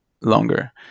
longer